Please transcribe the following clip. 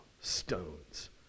stones